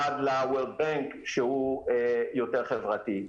עד לבנק העולמי שהוא יותר חברתי,